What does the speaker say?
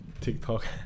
TikTok